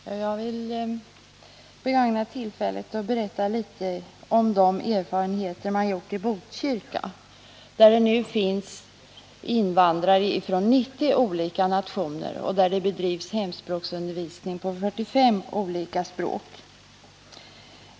Herr talman! Jag vill begagna tillfället att berätta litet om de erfarenheter man har gjort i Botkyrka, där det nu finns invandrare från 90 olika nationer och där det bedrivs hemspråksundervisning på 45 olika språk.